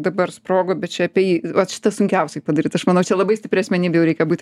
dabar sprogo bet čia apie jį vat šitą sunkiausiai padaryt aš manau čia labai stipri asmenybė jau reikia būt